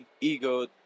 ego